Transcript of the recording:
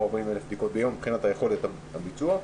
ל-40,000 בדיקות ביום מבחינת יכולת הביצוע,